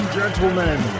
gentlemen